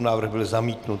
Návrh byl zamítnut.